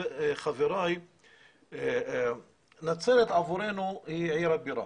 חבריי ולומר שעבורנו נצרת היא עיר הבירה,